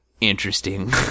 interesting